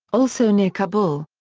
also near kabul.